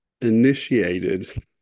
initiated